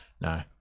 No